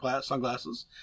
sunglasses